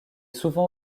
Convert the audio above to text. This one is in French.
souvent